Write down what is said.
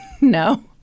no